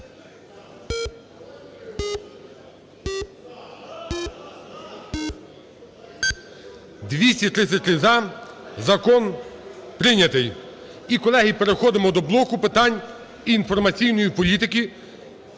За-233 Закон прийнятий. І, колеги, переходимо до блоку питань інформаційної політики.